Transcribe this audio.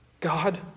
God